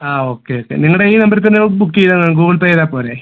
ആ okay okay നിങ്ങടെ ഈ നമ്പര് തന്നെ ബുക്ക് ചെയ്താൽ ഗൂഗിൾ പേ ചെയ്താൽ പോരേ